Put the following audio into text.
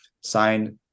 signed